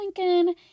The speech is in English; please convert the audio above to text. Lincoln